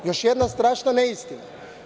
Još jedna strašna neistina.